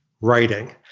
writing